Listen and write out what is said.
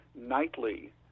nightly